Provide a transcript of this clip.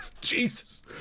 jesus